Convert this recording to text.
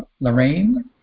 Lorraine